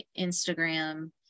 Instagram